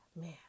Man